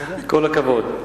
כל הכבוד.